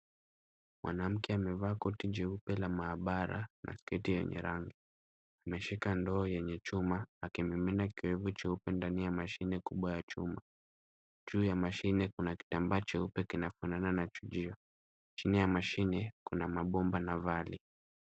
Mwanamke amevaa koti jeupe la maabara na sketi yenye rangi. Ameshika ndoo yenye chuma akimimina kioevu cheupe ndani ya mashine kubwa ya chuma. Juu ya mashine kuna kitambaa cheupe kinafanana na chujio. Chini ya mashine kuna mabomba na vali .